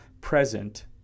present